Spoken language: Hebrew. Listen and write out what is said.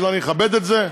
אני אכבד את זה.